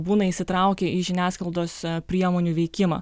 būna įsitraukę į žiniasklaidos priemonių veikimą